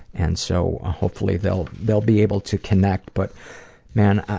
and so, ah hopefully they'll they'll be able to connect, but man,